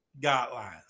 guidelines